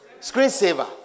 Screensaver